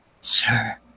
Sir